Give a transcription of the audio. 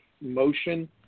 Motion